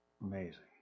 Amazing